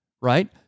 right